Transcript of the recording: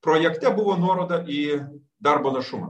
projekte buvo nuoroda į darbo našumą